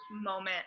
moment